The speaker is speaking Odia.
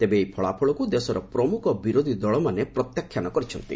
ତେବେ ଏହି ଫଳାଫଳକୁ ଦେଶର ପ୍ରମୁଖ ବିରୋଧ ଦଳମାନେ ପ୍ରତ୍ୟାଖ୍ୟାନ କରିଛନ୍ତି